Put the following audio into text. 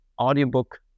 audiobook